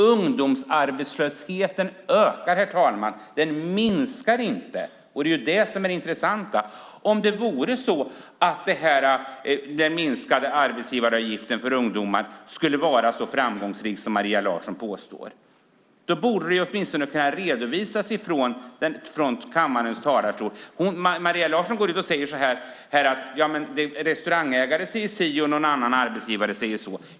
Ungdomsarbetslösheten ökar, herr talman, den minskar inte. Det är det som är det intressanta. Om det vore så att den minskade arbetsgivaravgiften för ungdomar skulle vara så framgångsrik som Maria Larsson påstår borde det åtminstone kunna redovisas från kammarens talarstol. Maria Larsson går ut och säger: Restaurangägare säger si och en annan arbetsgivare säger så.